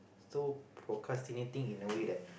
so procrastinating in a way that